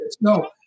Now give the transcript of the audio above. no